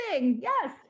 yes